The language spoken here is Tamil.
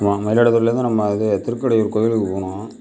ஆமாம் மயிலாடுதுறையிலருந்து நம்ம இது திருக்கடையூர் கோயிலுக்கு போகணும்